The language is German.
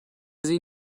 sie